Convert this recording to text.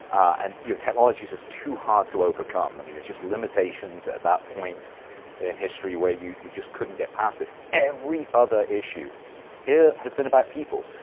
and your technology is just too hard to overcome. i mean it's just limitations at that point in history where you you just couldn't get past it. every other issue has been about people,